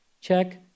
check